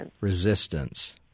Resistance